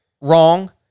wrong